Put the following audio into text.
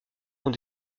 ont